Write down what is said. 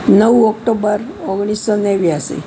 નવ ઓક્ટોબર ઓગણીસો નેવ્યાસી